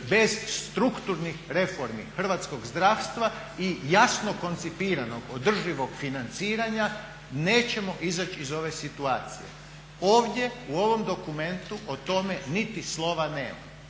bez strukturnih reformi hrvatskog zdravstva i jasno koncipiranog održivog financiranja nećemo izaći iz ove situacije. Ovdje u ovom dokumentu o tome niti slova nema.